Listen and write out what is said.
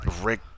Rick